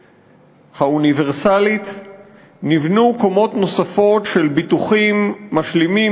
האוניברסלית נבנו קומות נוספות של ביטוחים משלימים,